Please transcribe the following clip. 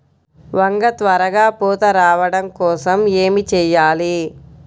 వంగ త్వరగా పూత రావడం కోసం ఏమి చెయ్యాలి?